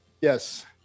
Yes